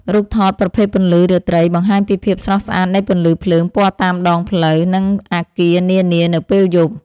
រូបថតប្រភេទពន្លឺរាត្រី បង្ហាញពីភាពស្រស់ស្អាតនៃពន្លឺភ្លើងពណ៌តាមដងផ្លូវ និងអាគារនានានៅពេលយប់។